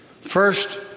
First